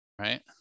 right